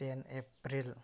ten April